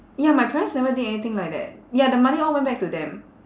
ya my parents never did anything like that ya the money all went back to them